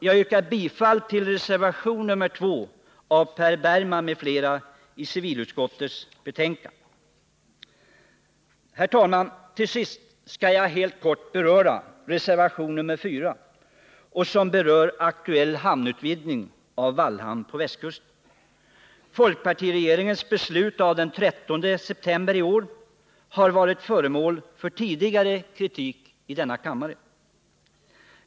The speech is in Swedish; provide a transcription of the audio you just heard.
Jag yrkar bifall till reservation nr 2 av Per Bergman m.fl. 11 december 1979 Herr talman! Till sist skall jag helt kort beröra reservation nr 4 som tar upp frågan om en aktuell utvidgning av hamnen i Vallhamn på Västkusten. — Den fysiska riks Folkpartiregeringens beslut av den 13 september i år har tidigare varit — planeringen föremål för kritik i denna kammare.